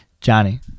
johnny